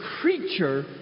creature